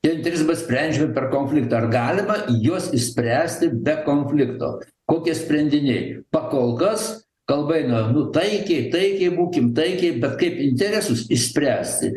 tie interes dabar sprendžiami per konfliktą ar galima juos išspręsti be konflikto kokie sprendiniai pakol kas kalba eina nu taikiai taikiai būkim taikiai bet kaip interesus išspręsti